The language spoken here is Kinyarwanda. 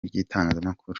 ry’itangazamakuru